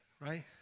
Right